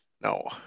No